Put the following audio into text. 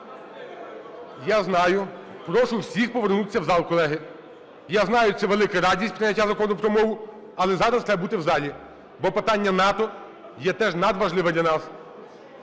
Я знаю. Прошу всіх повернутися в зал, колеги. Я знаю, це велика радість – прийняття Закону про мову, але зараз треба бути в залі, бо питання НАТО є теж надважливе для нас.